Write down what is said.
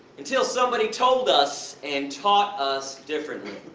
until somebody told us, and taught us differently.